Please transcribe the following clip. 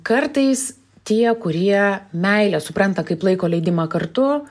kartais tie kurie meilę supranta kaip laiko leidimą kartu